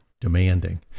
demanding